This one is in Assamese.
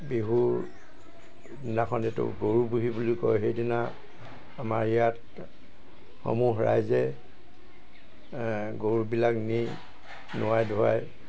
বিহুৰ দিনাখন এইটো গৰু বিহু বুলি কয় সেইদিনা আমাৰ ইয়াত সমূহ ৰাইজে গৰুবিলাক নি নুৱাই ধুৱাই